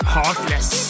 Heartless